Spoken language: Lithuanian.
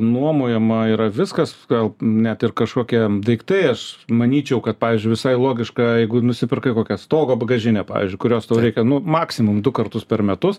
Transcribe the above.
nuomojama yra viskas gal net ir kažkokie daiktai aš manyčiau kad pavyzdžiui visai logiška jeigu nusipirkai kokią stogo bagažinę pavyzdžiui kurios reikia nu maksimum du kartus per metus